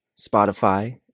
Spotify